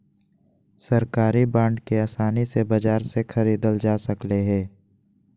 सरकारी बांड के आसानी से बाजार से ख़रीदल जा सकले हें